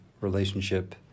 relationship